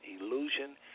illusion